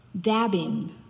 dabbing